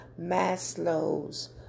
Maslow's